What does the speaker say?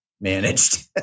managed